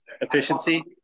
efficiency